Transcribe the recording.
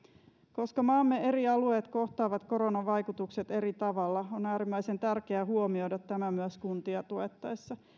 koska maamme eri alueet kohtaavat koronan vaikutukset eri tavalla on äärimmäisen tärkeää huomioida tämä myös kuntia tuettaessa